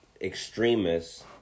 extremists